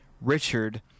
Richard